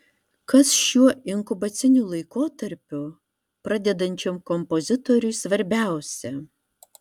kas šiuo inkubaciniu laikotarpiu pradedančiam kompozitoriui svarbiausia